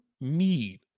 need